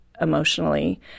Emotionally